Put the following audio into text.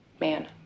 man